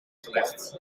gelegd